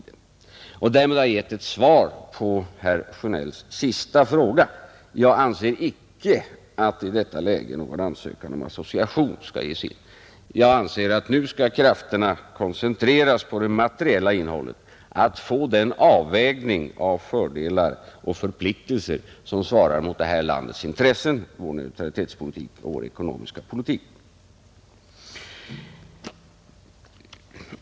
Därmed har jag gett ett svar på herr Sjönells sista fråga: Jag anser icke att i detta läge någon ansökan om association skall inges. Jag anser att krafterna nu skall koncentreras på det materiella innehållet, på att få den avvägning av fördelar och förpliktelser som svarar mot landets intressen, vår neutralitetspolitik och vår ekonmiska politik.